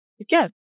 Again